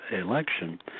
election –